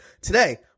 Today